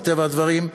מטבע הדברים,